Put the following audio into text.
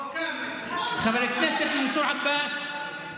חבר הכנסת מנסור עבאס,